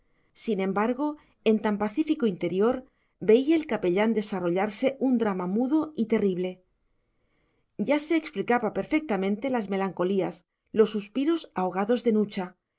sin embargo en tan pacífico interior veía el capellán desarrollarse un drama mudo y terrible ya se explicaba perfectamente las melancolías los suspiros ahogados de nucha